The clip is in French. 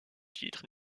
titres